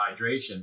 hydration